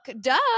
Duh